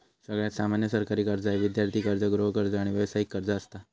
सगळ्यात सामान्य सरकारी कर्जा ही विद्यार्थी कर्ज, गृहकर्ज, आणि व्यावसायिक कर्ज असता